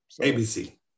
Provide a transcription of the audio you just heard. ABC